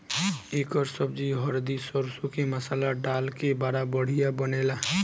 एकर सब्जी हरदी सरसों के मसाला डाल के बड़ा बढ़िया बनेला